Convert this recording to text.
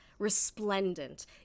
resplendent